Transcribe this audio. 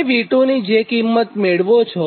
તમે V2 ની જે કિંમત મેળવો છો